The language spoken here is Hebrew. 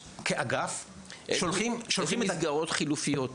כאגף, שולחים --- איזה מסגרות חלופיות קיימות?